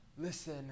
Listen